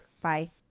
Bye